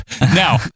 Now